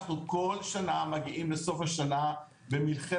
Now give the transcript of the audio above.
אנחנו מגיעים כל שנה לסוף השנה במלחמת